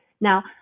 Now